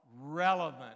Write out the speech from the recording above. Relevant